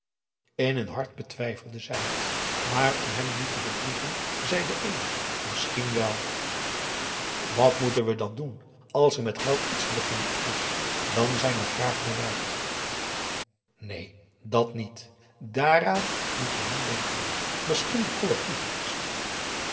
in hun hart betwijfelden zij het maar om hem niet te verdrieten zei de een misschien wel wat moeten we dan doen als er met geld iets te beginnen is dan zijn we graag bereid neen dat niet daaraan moet u niet denken misschien een collectief